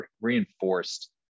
reinforced